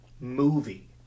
movie